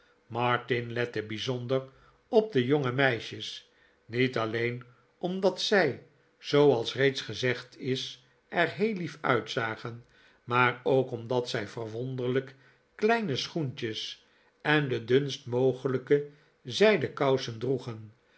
martin lette bijzonder op de jonge meisjes niet alleen omdat zij zooals reeds gezegd is er heel lief uitzagen maar ook omdat zij verwonderlijk kleine schoentjes en de dunst mogelijke zij den kousen droegen